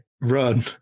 run